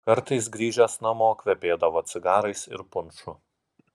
kartais grįžęs namo kvepėdavo cigarais ir punšu